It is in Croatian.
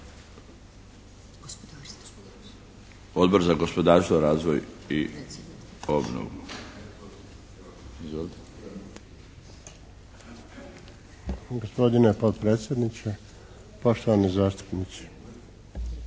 Odbor za gospodarstvo, razvoj i obnovu.